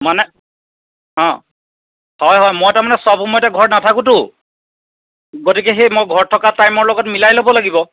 মানে অঁ হয় হয় মই তাৰমানে চব সময়তে ঘৰত নাথাকোতো গতিকে সেই মই ঘৰত থকা টাইমৰ লগত মিলাই ল'ব লাগিব